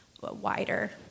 wider